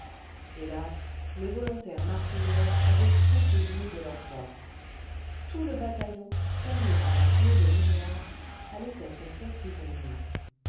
hélas les volontaires marseillaises avaient trop présumé de leurs forces tout le bataillon cerné par un flot de lignards allait être fait prisonnier